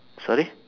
sorry